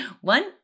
One